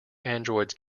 androids